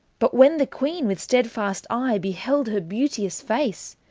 but when the queene with stedfast eye beheld her beauteous face,